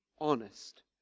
honest